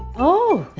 oh!